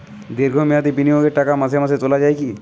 দীর্ঘ মেয়াদি বিনিয়োগের টাকা মাসে মাসে তোলা যায় কি?